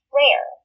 rare